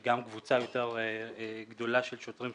גם קבוצה יותר גדולה של שוטרים,